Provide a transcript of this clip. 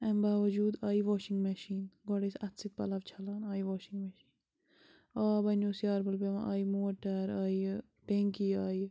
اَمہِ باوجوٗد آیہِ واشِنٛگ مشیٖن گۄڈٕ ٲسۍ اَتھہٕ سۭتۍ پَلوٚو چھَلان آیہِ واشِنٛگ مشیٖن آب اَننہِ اوس یارٕبَل پیٚوان آیہِ موٹَر آیہِ ٹیٚنٛکی آیہِ